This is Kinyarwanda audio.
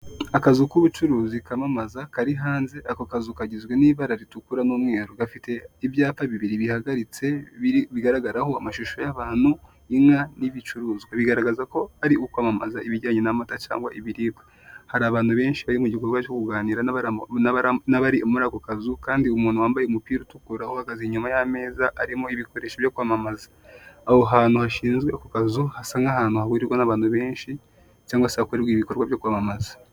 Akazu k'ubucuruzi kamamaza kari hanze, ako kazu kagizwe n'ibara ritukura n'umweru, gafite ibyapa bibiri bihagaritse bigaragaraho amashusho y'abantu, inka n'ibicuruzwa bigaragaza ko ari ukwamamaza ibijyanye n'amata cyangwa ibiribwa, hari abantu benshi bari mu gikorwa cyo kuganira. Abari muri ako kazu kandi, umuntu wambaye umupira utukura uhagaze inyuma y'ameza arimo ibikoresho byo kwamamaza aho hantu hashinzwe ku kazu, hasa nk'ahantu hahurirwa n'abantu benshi cyangwa se hakorerwa ibikorwa byo kwamamaza.